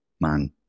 man